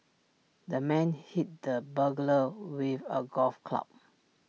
the man hit the burglar with A golf club